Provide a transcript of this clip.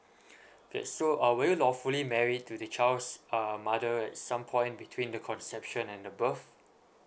okay so were you lawfully married to the child's uh mother at some point between the conception and the birth